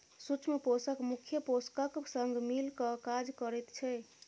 सूक्ष्म पोषक मुख्य पोषकक संग मिल क काज करैत छै